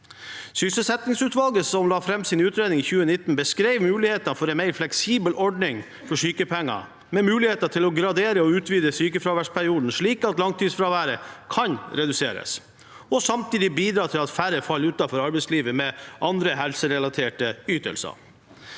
utredning i 2019, beskrev muligheten for en mer fleksibel ordning for sykepenger med mulighet for å gradere og utvide sykefraværsperioden, slik at langtidsfraværet kan reduse res, og samtidig bidra til at færre faller utenfor arbeidslivet med andre helserelaterte ytelser.